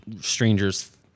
strangers